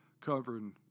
covering